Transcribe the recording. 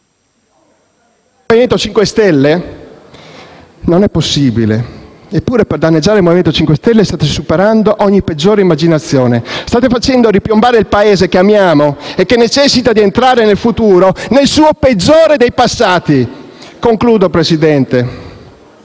*(M5S)*. Non è possibile. Eppure, per danneggiare il Movimento 5 Stelle state superando ogni peggiore immaginazione, state facendo ripiombare il Paese che amiamo e che necessita di entrare nel futuro, nel suo peggior passato. Concludo, Presidente.